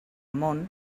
món